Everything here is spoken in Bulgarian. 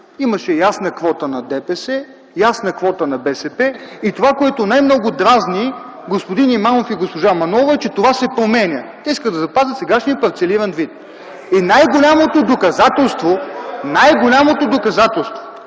имаше ясна квота на ДПС, ясна квота на БСП. Това, което най-много дразни господин Имамов и госпожа Манолова е, че това се променя. Те искат да запазят досегашния парцелиран вид. (Реплики от КБ.) Най-голямото доказателство